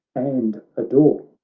and adore!